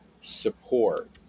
support